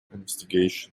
investigation